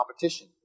competition